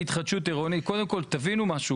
קודם כל תבינו משהו.